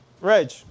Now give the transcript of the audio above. Reg